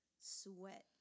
sweat